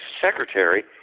secretary